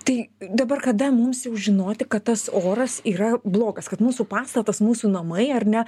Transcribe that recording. tai dabar kada mums jau žinoti kad tas oras yra blogas kad mūsų pastatas mūsų namai ar ne